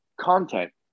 content